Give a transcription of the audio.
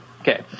Okay